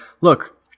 look